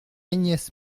agnès